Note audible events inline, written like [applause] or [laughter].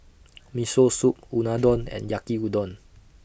[noise] Miso Soup Unadon [noise] and Yaki Udon